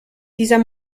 dieser